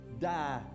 die